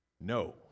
No